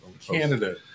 Canada